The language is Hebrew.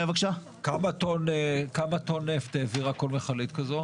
כמה טון נפט העבירה כל מכלית כזו?